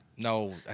No